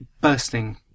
bursting